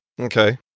okay